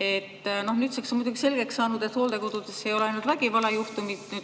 Nüüdseks on muidugi selgeks saanud, et hooldekodudes ei ole ainult vägivallajuhtumid,